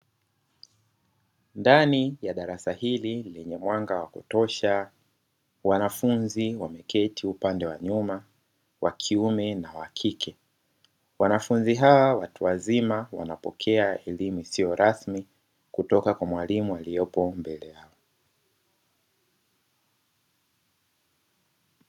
Ndani ya darasa hili, kuna mwanga wa kutosha. Wanafunzi wameketi upande wa nyuma, wa kiume na wa kike. Wanafunzi hawa, watu wazima, wanapokea elimu isiyo rasmi kutoka kwa mwalimu aliye mbele yao.